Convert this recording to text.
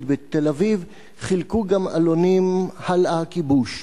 בתל-אביב חילקו גם עלונים "הלאה הכיבוש".